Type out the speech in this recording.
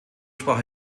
sprach